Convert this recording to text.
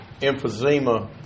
emphysema